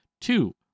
Two